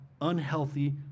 unhealthy